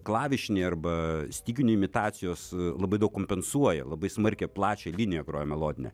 klavišiniai arba styginių imitacijos labai daug kompensuoja labai smarkią plačią liniją groja melodinę